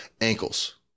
ankles